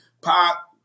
Pop